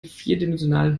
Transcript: vierdimensionalen